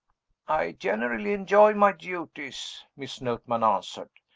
i generally enjoy my duties, miss notman answered.